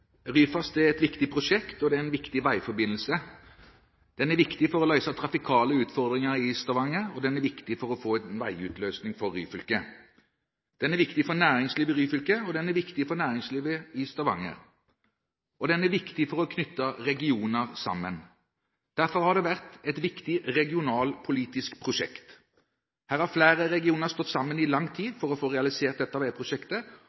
Ryfast er et viktig prosjekt, og det er en viktig veiforbindelse. Den er viktig for å løse trafikale utfordringer i Stavanger, og den er viktig for å få en veiløsning for Ryfylke. Den er viktig for næringslivet i Ryfylke, og den er viktig for næringslivet i Stavanger. Den er viktig for å knytte regioner sammen. Derfor har det vært et viktig regionalpolitisk prosjekt. Flere regioner har stått sammen i lang tid for å få realisert dette veiprosjektet,